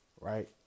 right